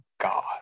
god